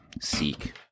Seek